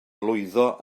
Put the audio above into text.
lwyddo